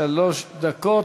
שלוש דקות.